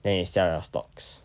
then you sell the stocks